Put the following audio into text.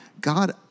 God